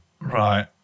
Right